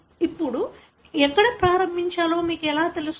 ఇప్పుడు ఎక్కడ ప్రారంభించాలో మీకు ఎలా తెలుసు